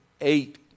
eight